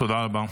תודה רבה.